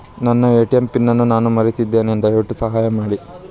ನನ್ನ ATM pin ಅನ್ನು ನಾನು ಮರೆತಿದ್ದೇನೆ, ದಯವಿಟ್ಟು ಸಹಾಯ ಮಾಡಿ